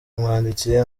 umwanditsi